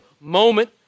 moment